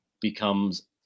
becomes